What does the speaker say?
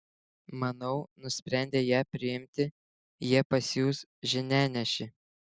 manau nusprendę ją priimti jie pasiųs žinianešį